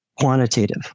quantitative